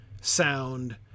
sound